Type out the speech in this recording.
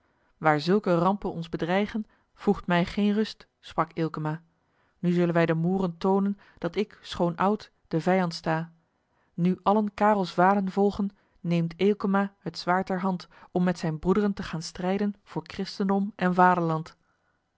waar zulke rampen ons bedreigen voegt mij geen rust sprak eelkema nu zullen wij den mooren toonen dat ik schoon oud den vijand sta nu allen karels vanen volgen neemt eelkema het zwaard ter hand om met zijn broed'ren te gaan strijden voor christendom en